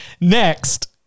next